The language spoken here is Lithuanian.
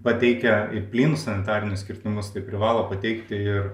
pateikę ir plynus sanitarinius kirtimus tai privalo pateikti ir